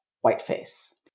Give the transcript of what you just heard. whiteface